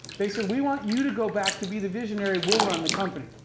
they said, we want you to go back to be the visionary. we'll run the company.